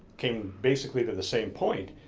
came basically to the same point,